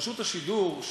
רשות השידור,